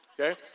Okay